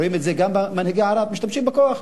רואים את זה גם במנהיגי ערב, משתמשים בכוח.